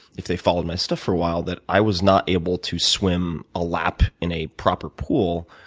if they've followed my stuff for a while, that i was not able to swim a lap in a proper pool